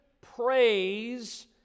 praise